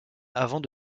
avant